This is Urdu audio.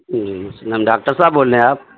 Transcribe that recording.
جی وعلیکم السلام ڈاکٹر صاحب بول رہے ہیں آپ